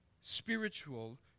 spiritual